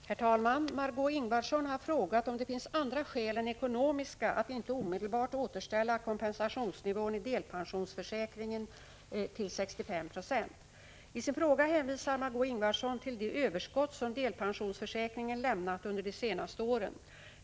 Om kompensalionsni Herr talman! Margö Ingvardsson har frågat om det finns andra skäl än vän idelp ensionsför: ekonomiska att inte omedelbart återställa kompensationsnivån i delpensäkringen sionsförsäkringen till 65 96. I sin fråga hänvisar Margé Ingvardsson till de överskott som delpensionsförsäkringen lämnat under de senaste åren.